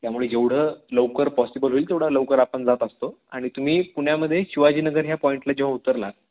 त्यामुळे जेवढं लवकर पॉसिबल होईल तेवढा लवकर आपण जात असतो आणि तुम्ही पुण्यामध्ये शिवाजीनगर ह्या पॉईंटला जेव्हा उतरला